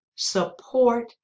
support